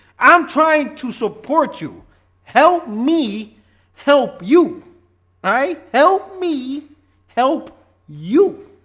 i'm trying to support you help me help you i help me help you